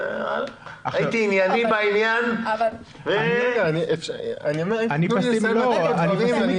הייתי ענייני --- אני מנסה לסיים את דבריי.